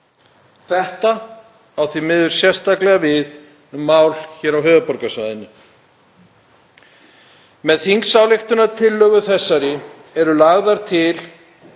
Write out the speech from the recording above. Þetta á því miður sérstaklega við um mál hér á höfuðborgarsvæðinu. Með þingsályktunartillögu þessari eru lagðar til